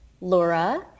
Laura